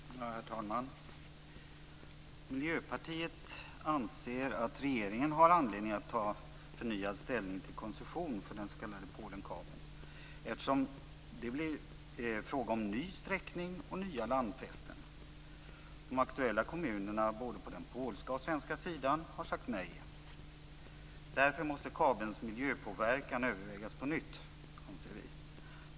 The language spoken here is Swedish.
Herr talman! Miljöpartiet anser att regeringen har anledning att ta förnyad ställning till koncession för den s.k. Polenkabeln eftersom det blir fråga om ny sträckning och nya landfästen. De aktuella kommunerna både på den polska och på den svenska sidan har sagt nej. Därför måste kabelns miljöpåverkan övervägas på nytt, anser vi.